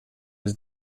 was